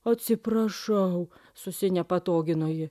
atsiprašau susinepatogino ji